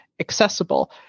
accessible